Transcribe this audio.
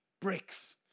bricks